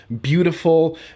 beautiful